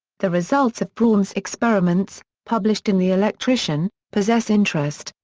the results of braun's experiments, published in the electrician, possess interest,